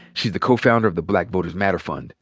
she's the co-founder of the black voters matter fund,